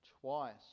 twice